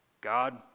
God